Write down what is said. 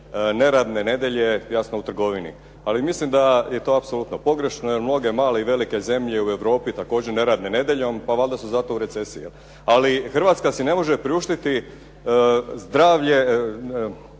neradne nedjelje jasno u trgovini.". Ali mislim da je to apsolutno pogrešno jer mnoge male i velike zemlje u Europi također ne rade nedjeljom, pa valjda su zato u recesiji. Ali Hrvatska si ne može priuštiti zdravlje,